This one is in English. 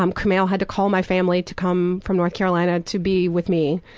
um kumail had to call my family to come from north carolina to be with me.